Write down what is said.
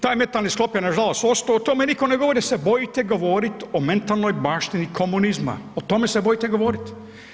Taj mentalni sklop je nažalost ostao i o tome nitko ne govori jer se bojite govoriti o mentalnoj baštini komunizma, o tome se bojite govoriti.